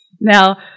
Now